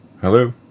Hello